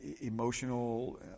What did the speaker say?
emotional